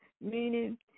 meaning